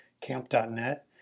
camp.net